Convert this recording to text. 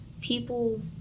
people